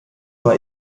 war